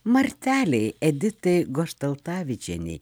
martelei editai goštaltavičienei